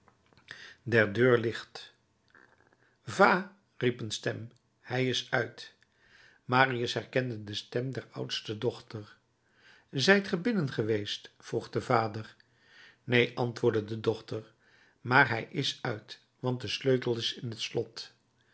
der deur licht va riep een stem hij is uit marius herkende de stem der oudste dochter zijt ge binnen geweest vroeg de vader neen antwoordde de dochter maar hij is uit want de sleutel is in het slot